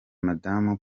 madamu